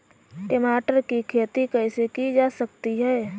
टमाटर की खेती कैसे की जा सकती है?